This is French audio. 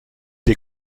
des